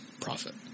profit